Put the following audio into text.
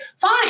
fine